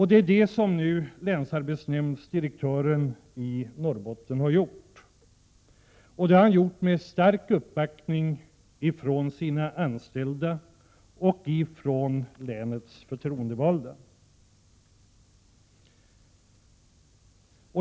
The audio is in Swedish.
Det är detta som länsarbetsdirektören i Norrbotten nu har gjort, med stark uppbackning från sina anställda och från länets förtroendevalda.